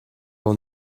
will